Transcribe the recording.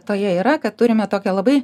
toje yra kad turime tokią labai